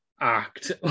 act